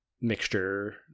mixture